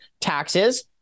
taxes